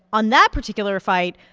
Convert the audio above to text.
on that particular fight,